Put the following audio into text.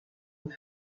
les